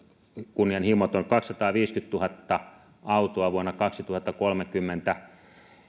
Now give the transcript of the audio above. kunnianhimoton kaksisataaviisikymmentätuhatta autoa vuonna kaksituhattakolmekymmentä